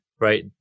right